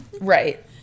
right